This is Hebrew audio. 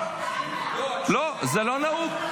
--- לא, זה לא נהוג.